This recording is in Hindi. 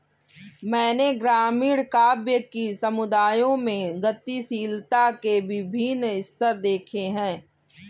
मैंने ग्रामीण काव्य कि समुदायों में गतिशीलता के विभिन्न स्तर देखे हैं